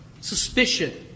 Suspicion